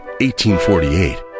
1848